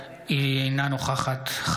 אינה נוכחת שלי טל מירון,